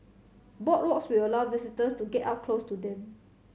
boardwalks will allow visitors to get up close to them